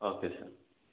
okay sir